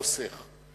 חוסך.